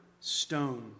stone